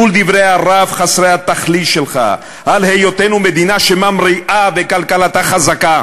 מול דברי הרהב חסרי התכלית שלך על היותנו מדינה שממריאה וכלכלתה חזקה,